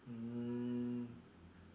mm